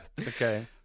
Okay